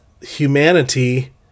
Humanity